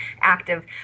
active